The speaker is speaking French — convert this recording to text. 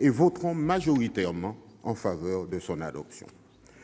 et voteront majoritairement en faveur de son adoption.